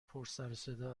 پرسروصدا